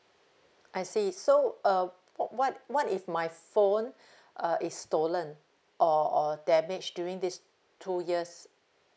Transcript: I see so uh wh~ what what if my phone uh is stolen or or damage during these two years